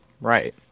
Right